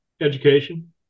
Education